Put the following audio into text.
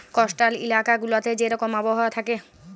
coastal ইলাকা গুলাতে যে রকম আবহাওয়া থ্যাকে